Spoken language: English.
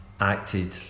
acted